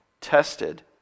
tested